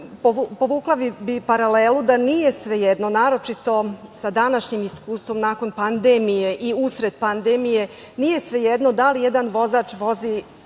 zarade. Povukla bih paralelu da nije svejedno, naročito sa današnjim iskustvom nakon pandemije i usred pandemije, nije svejedno da li jedan vozač vozi,